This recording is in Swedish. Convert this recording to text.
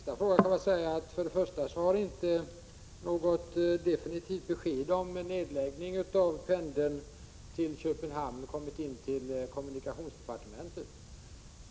Herr talman! På den sista frågan kan jag svara att något definitivt besked om nedläggning av pendeln till Köpenhamn inte har kommit in till kommunikationsdepartementet.